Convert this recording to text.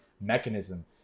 mechanism